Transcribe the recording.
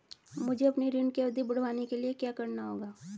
मुझे अपने ऋण की अवधि बढ़वाने के लिए क्या करना होगा?